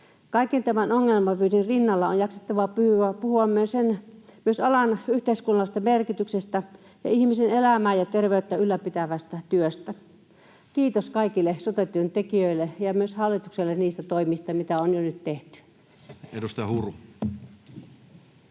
Kaiken tämän ongelmavyyhdin rinnalla on jaksettava puhua myös alan yhteiskunnallisesta merkityksestä ja ihmisen elämää ja terveyttä ylläpitävästä työstä. Kiitos kaikille sote-työntekijöille ja myös hallitukselle niistä toimista, mitä on jo nyt tehty. Edustaja Huru.